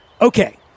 Okay